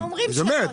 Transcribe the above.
היא אומרת,